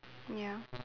ya